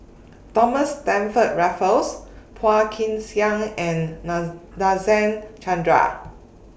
Thomas Stamford Raffles Phua Kin Siang and Na Nadasen Chandra